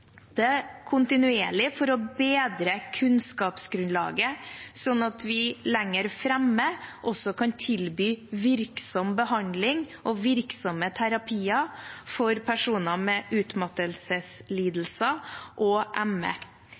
kontinuerlig for å bedre kunnskapsgrunnlaget, sånn at vi lenger fram også kan tilby virksom behandling og virksomme terapier for personer med utmattelseslidelser og